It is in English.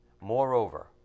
Moreover